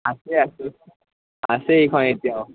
আছে আছে আছে এইখন এতিয়াও